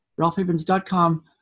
ralphhavens.com